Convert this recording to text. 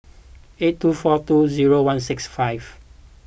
eight two four two zero one six five